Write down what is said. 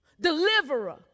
deliverer